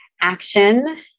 action